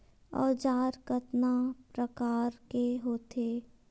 औजार कतना प्रकार के होथे?